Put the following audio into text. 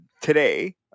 today